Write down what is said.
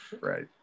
right